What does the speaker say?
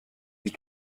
sie